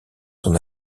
son